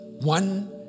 one